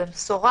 במשורה.